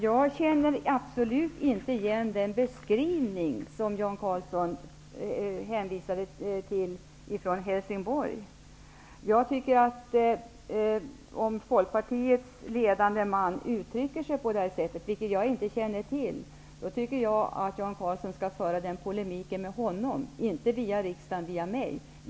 Jag känner absolut inte igen den beskrivning från Helsingborg som Jan Karlsson hänvisade till. Om Folkpartiets ledande man uttrycker sig på detta sätt, vilket jag inte känner till, tycker jag att Jan Karlsson skall föra den polemiken med honom och inte via riksdagen och mig.